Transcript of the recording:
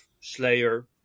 Slayer